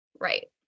Right